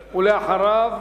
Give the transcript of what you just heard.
ואחריו,